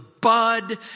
bud